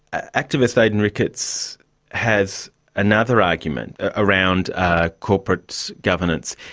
activist aidan ricketts has another argument around ah corporate governance.